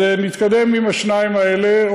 אז נתקדם עם השניים האלה,